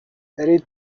برید